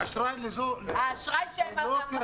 אשראי זה לא רק כרטיסי אשראי.